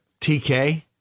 TK